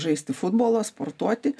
žaisti futbolą sportuoti